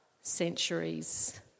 centuries